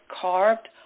carved